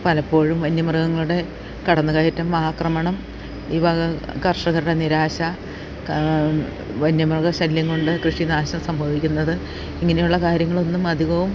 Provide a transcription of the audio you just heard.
പലപ്പോഴും വന്യമൃഗങ്ങളുടെ കടന്നുകയറ്റം ആക്രമണം ഈ വക കർഷകരുടെ നിരാശ വന്യമൃഗ ശല്യം കൊണ്ട് കൃഷി നാശം സംഭവിക്കുന്നത് ഇങ്ങനെയുള്ള കാര്യങ്ങളൊന്നും അധികവും